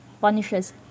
punishes